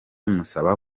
musaba